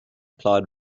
clyde